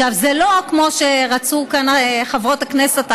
עכשיו, זה לא כמו שרצו כאן חברות הכנסת האחרות,